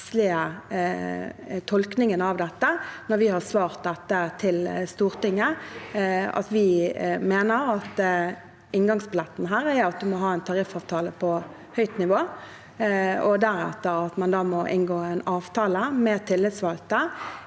tolkningen av dette når vi har svart til Stortinget at vi mener at inngangsbilletten er at en må ha en tariffavtale på høyt nivå, og deretter at man må inngå en avtale med tillitsvalgte